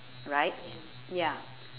right ya